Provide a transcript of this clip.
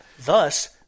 Thus